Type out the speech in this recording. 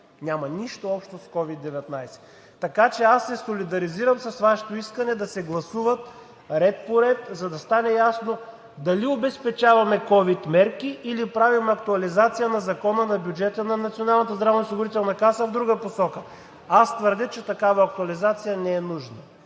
Няма нищо общо с COVID-19. Така че аз се солидаризирам с Вашето искане да се гласуват ред по ред, за да стане ясно дали обезпечаваме ковид мерки, или правим актуализация на Закона на бюджета на Националната здравноосигурителна каса в друга посока. Аз твърдя, че такава актуализация не е нужна,